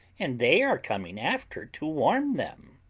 and they are coming after to warm them.